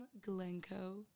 glencoe